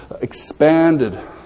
expanded